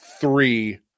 Three